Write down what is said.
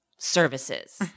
services